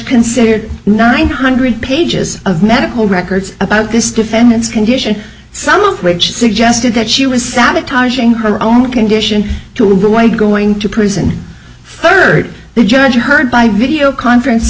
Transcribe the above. consider nine hundred pages of medical records about this defendant's condition some of which suggested that she was sabotaging her own condition to white going to prison furred the judge heard by video conference